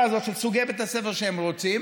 הזאת של סוגי בתי הספר שהם רוצים,